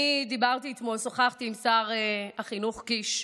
אני שוחחתי אתמול עם שר החינוך קיש,